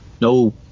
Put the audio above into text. No